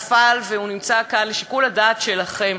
הוא נפל, והוא נמצא כאן לשיקול הדעת שלכם.